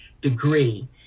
degree